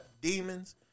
demons